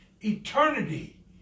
eternity